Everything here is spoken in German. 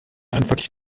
antwort